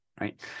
right